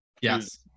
Yes